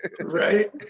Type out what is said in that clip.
right